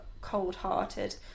cold-hearted